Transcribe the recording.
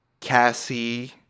Cassie